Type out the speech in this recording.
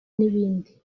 n’ibindi